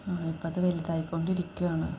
ഇപ്പോള് അത് വലുതായിക്കൊണ്ടിരിക്കുകയാണ്